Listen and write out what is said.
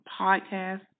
Podcast